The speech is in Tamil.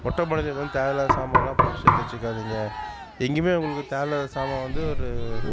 மொட்டை மாடியில் எதுவும் தேவை இல்லாத சாமானெலாம் போட்டு சேர்த்து வச்சுக்காதிங்க எங்கேயுமே உங்களுக்கு தேவை இல்லாத சாமான் வந்து ஒரு